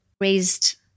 raised